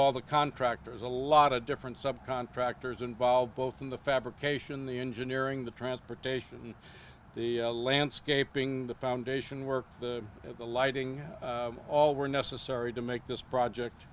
all the contractors a lot of different sub contractors involved both in the fabrication the engineering the transportation the landscaping the foundation work the lighting all were necessary to make this project